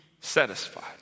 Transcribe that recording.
satisfied